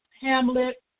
Hamlet